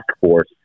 force